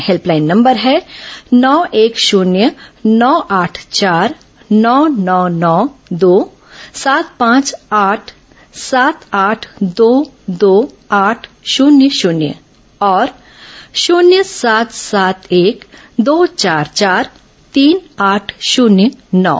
helpline number है नौ एक शून्य नौ आठ चार नौ नौ दो सात पांच आठ सात आठ दो दो आठ शून्य शून्य और शून्य सात सात एक दो चार चार तीन आठ शून्य नौ